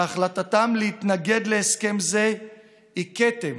שהחלטתם להתנגד להסכם זה היא כתם